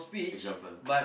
example